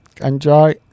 enjoy